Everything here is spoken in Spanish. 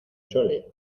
chole